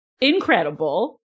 incredible